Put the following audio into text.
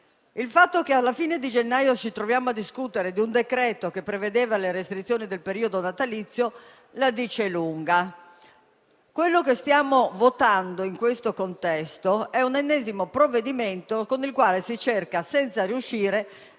Il fatto che alla fine di gennaio ci troviamo a discutere di un decreto-legge che prevedeva le restrizioni del periodo natalizio la dice lunga. Quello che stiamo votando nell'attuale contesto è un ennesimo provvedimento con il quale, come al solito, si